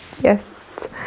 yes